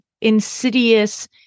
insidious